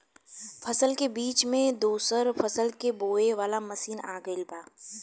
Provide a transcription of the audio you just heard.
फसल के बीच मे दोसर फसल के बोवे वाला मसीन आ गईल बा